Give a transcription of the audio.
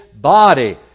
body